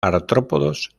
artrópodos